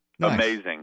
Amazing